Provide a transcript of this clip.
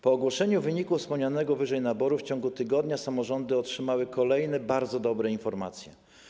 Po ogłoszeniu wyniku wspomnianego wyżej naboru w ciągu tygodnia samorządy otrzymały kolejne bardzo dobre informacje.